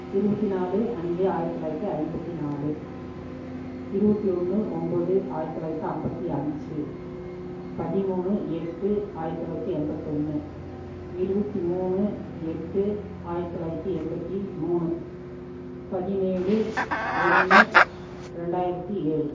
இருபத்தி நாலு அஞ்சு ஆயிரத்து தொள்ளாயிரத்து ஐம்பத்து நாலு இருபத்தி ஒன்று ஒம்பது ஆயிரத்து தொள்ளாயிரத்தி ஐம்பத்தி அஞ்சு பதிமூணு எட்டு ஆயிரத்து தொள்ளாயிரத்து எம்பத்தொன்று இருபத்தி மூணு எட்டு ஆயிரத்து தொள்ளாயிரத்தி எண்பத்தி மூணு பதினேழு ஒன்று ரெண்டாயிரத்து ஏழு